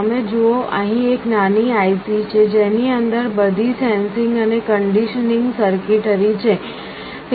તમે જુઓ અહીં એક નાની IC છે જેની અંદર બધી સેન્સિંગ અને કન્ડીશનીંગ સર્કિટરી છે